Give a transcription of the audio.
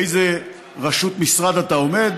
באיזה ראשות משרד אתה עומד